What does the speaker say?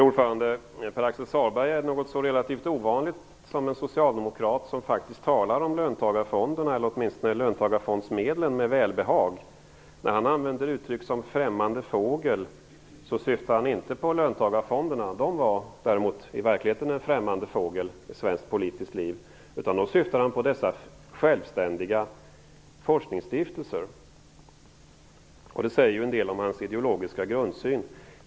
Fru talman! Pär-Axel Sahlberg är något så relativt ovanligt som en socialdemokrat som faktiskt talar om löntagarfonderna, eller åtminstone löntagarfondsmedlen, med välbehag. När han använder uttryck som "främmande fågel" syftar han inte på löntagarfonderna - de var däremot verkligen främmande fåglar i svenskt politiskt liv - utan han syftar på självständiga forskningsstiftelser, och det säger ju en del om hans ideologiska grundsyn.